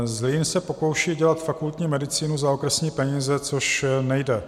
Zlín se pokouší dělat fakultní medicínu za okresní peníze, což nejde.